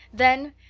then,